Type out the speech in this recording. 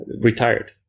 retired